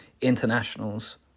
internationals